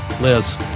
Liz